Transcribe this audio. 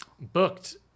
booked